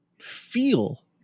feel